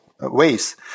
ways